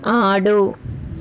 ఆడు